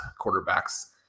quarterbacks